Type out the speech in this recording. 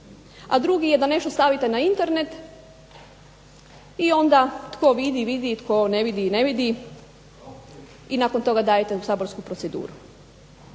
A drugi je da nešto stavite na Internet i onda tko vidi, vidi, tko ne vidi, ne vidi i nakon toga dajete u saborsku proceduru.